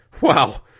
Wow